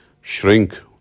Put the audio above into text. shrink